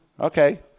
Okay